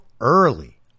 early